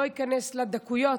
לא איכנס לדקויות,